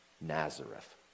Nazareth